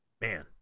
Man